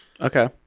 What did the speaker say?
Okay